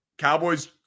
Cowboys